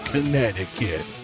Connecticut